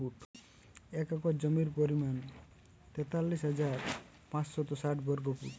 এক একর জমির পরিমাণ তেতাল্লিশ হাজার পাঁচশত ষাট বর্গফুট